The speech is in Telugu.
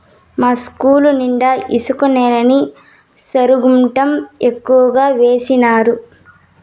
మా ఇస్కూలు నిండా ఇసుక నేలని సరుగుకం ఎక్కువగా వేసినారు